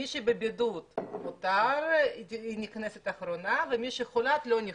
מי שבבידוד נכנסת אחרונה ומי שחיובית לא נכנסת.